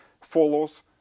follows